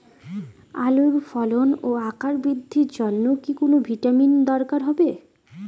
আলুর ফলন ও আকার বৃদ্ধির জন্য কি কোনো ভিটামিন দরকার হবে?